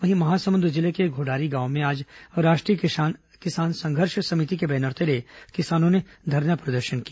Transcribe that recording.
वहीं महासमुंद जिले के घोडारी गांव में आज राष्ट्रीय किसान संघर्ष समिति के बैनर तले किसानों ने धरना प्रदर्शन किया